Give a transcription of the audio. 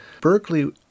Berkeley